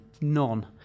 None